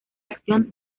acción